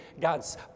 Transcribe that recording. God's